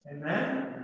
Amen